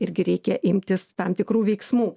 irgi reikia imtis tam tikrų veiksmų